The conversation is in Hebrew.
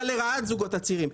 היה לרעת הזוגות הצעירים.